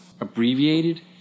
abbreviated